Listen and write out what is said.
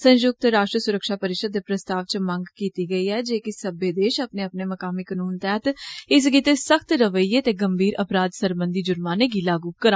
संयुक्त राश्ट्र सुरक्षा परिशद दे प्रस्ताव च मंग कीती गेई ऐ जे कि सब्बै देष अपने अपने मकामी कनूने तैहत इस गिते सख्त रवेइया ते गंभीर अपराध सरबंधी जुर्माने गी लागू करन